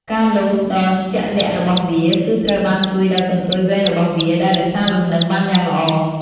ការលោតដ៏ជាក់លាក់របស់វា គឺត្រូវបានជួយដោយកន្ទុយវែងរបស់វា ដែលរក្សាលំនឹងបានយ៉ាងល្អ។